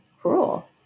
cruel